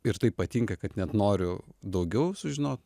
ir tai patinka kad net noriu daugiau sužinot